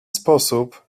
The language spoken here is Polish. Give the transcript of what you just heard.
sposób